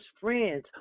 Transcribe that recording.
friends